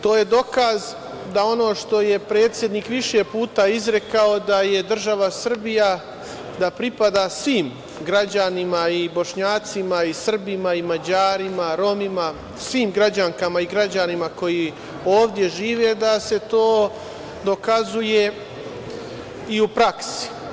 To je dokaz da ono što je predsednik više puta izrekao, da država Srbija pripada svim građanima, i Bošnjacima i Srbima i Mađarima i Romima, svim građankama i građanima koji ovde žive, da se to dokazuje i u praksi.